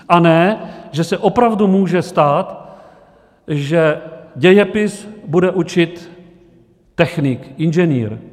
A ne že se opravdu může stát, že dějepis bude učit technik inženýr.